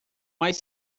mais